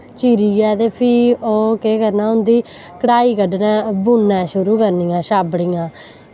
चीरियै ते फ्ही ओ केह् करना उंदी कढ़ाई क'ड्ढना बुनना शुरु करनियां छाबड़ियां